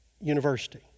University